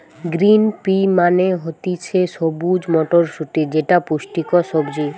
green pea মানে হতিছে সবুজ মটরশুটি যেটা পুষ্টিকর সবজি